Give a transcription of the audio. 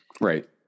Right